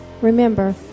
Remember